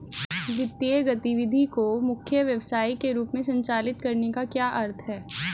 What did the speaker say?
वित्तीय गतिविधि को मुख्य व्यवसाय के रूप में संचालित करने का क्या अर्थ है?